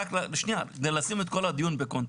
לשים את כל הדיון בקונטקסט.